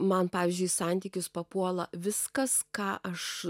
man pavyzdžiui į santykius papuola viskas ką aš